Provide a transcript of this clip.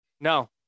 No